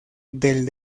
del